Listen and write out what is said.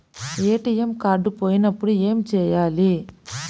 ATM card పోయినప్పుడు ఏమి చేయాలి?